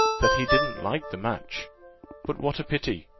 that he didn't like the match but what a pity,